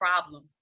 problem